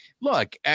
look